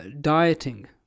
dieting